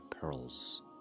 pearls